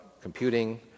computing